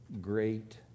great